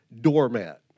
doormat